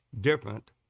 different